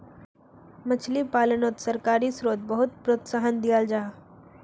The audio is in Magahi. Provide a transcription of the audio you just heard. मछली पालानोत सरकारी स्त्रोत बहुत प्रोत्साहन दियाल जाहा